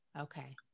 Okay